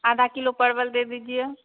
आधा किलो परवल दे दीजिए